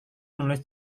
menulis